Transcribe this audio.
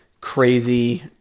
crazy